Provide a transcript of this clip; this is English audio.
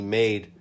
made